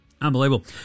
Unbelievable